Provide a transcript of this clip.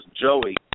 Joey